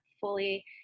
fully